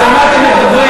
אז על מה אתם מדברים?